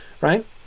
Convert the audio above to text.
right